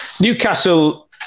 Newcastle